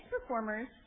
performers